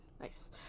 Nice